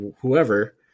whoever